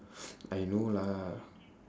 I know lah